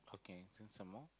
okay then some more